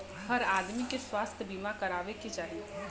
हर आदमी के स्वास्थ्य बीमा कराये के चाही